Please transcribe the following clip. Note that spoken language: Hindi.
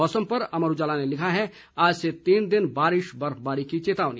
मौसम पर अमर उजाला ने लिखा है आज से तीन दिन बारिश बर्फबारी की चेतावनी